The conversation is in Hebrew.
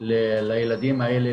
לילדים האלה,